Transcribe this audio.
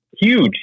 huge